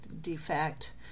defect